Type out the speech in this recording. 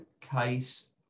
CASE